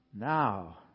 now